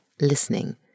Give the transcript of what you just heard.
listening